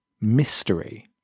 mystery